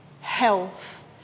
health